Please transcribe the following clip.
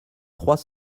trois